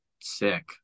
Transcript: sick